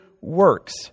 works